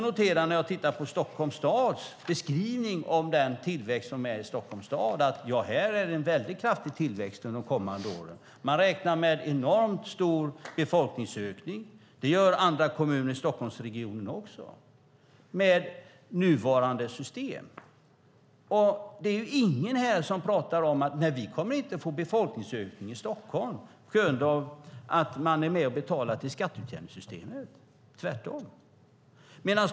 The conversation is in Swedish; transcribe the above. När jag tittar på Stockholms stads beskrivning av den tillväxt som är i Stockholms stad att det är en väldigt kraftig tillväxt under de kommande åren. Man räknar med enormt stor befolkningsökning. Det gör också andra kommuner i Stockholmsregionen med nuvarande system. Det är ingen här som säger: Vi kommer inte att få befolkningsökning i Stockholm på grund av att vi är med och betalar till skatteutjämningssystemet, tvärtom.